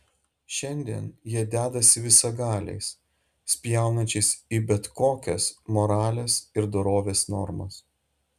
šiandien jie dedąsi visagaliais spjaunančiais į bet kokias moralės ir dorovės normas